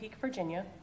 Virginia